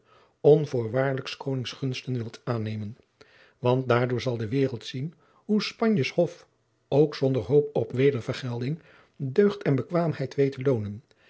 onvoorwaardelijk s konings gunsten wilt aannemen want daardoor zal de waereld zien hoe spanjes hof ook zonder hoop op wedervergelding deugd en bekwaamheid weet te loonen